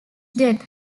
death